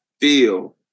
feel